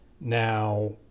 Now